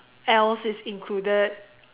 else is included